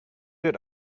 did